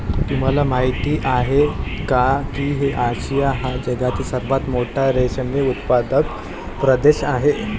तुम्हाला माहिती आहे का की आशिया हा जगातील सर्वात मोठा रेशीम उत्पादक प्रदेश आहे